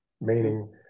meaning